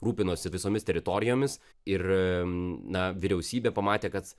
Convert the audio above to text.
rūpinosi visomis teritorijomis ir na vyriausybė pamatė kad